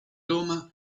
roma